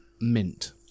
mint